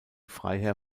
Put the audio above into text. freiherr